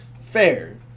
Fair